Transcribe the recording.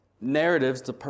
narratives